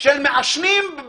של מעשנים.